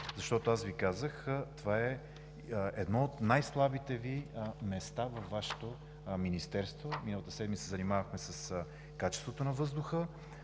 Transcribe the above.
защото, аз Ви казах, това е едно от най-слабите места във Вашето Министерство. Миналата седмица се занимавахме с качеството на въздуха.